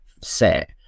set